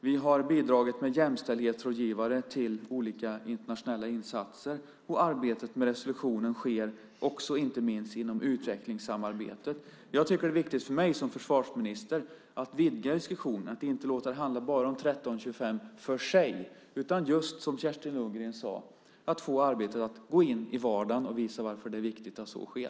Vi har bidragit med jämställdhetsrådgivare till olika internationella insatser, och arbetet med resolutionen sker inte minst också inom utvecklingssamarbetet. För mig som försvarsminister är det viktigt att vidga diskussionen och inte låta det handla enbart om 1325 för sig utan, som Kerstin Lundgren sade, få arbetet att gå in i vardagen och visa varför det är viktigt att så sker.